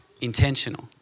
intentional